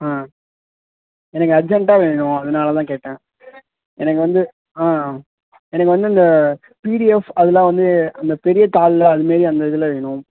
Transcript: ஆ எனக்கு அர்ஜெண்ட்டாக வேணும் அதனால தான் கேட்டேன் எனக்கு வந்து ஆ ஆ எனக்கு வந்து இந்த பிடிஎஃப் அதெலாம் வந்து அந்த பெரிய தாளில் அதுமாரி அந்த இதில் வேணும்